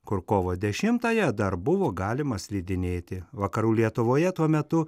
kur kovo dešimtąją dar buvo galima slidinėti vakarų lietuvoje tuo metu